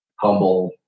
humble